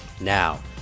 Now